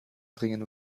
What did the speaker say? bringen